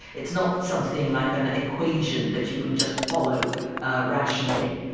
it's not something like an equation that you can just follow rationally.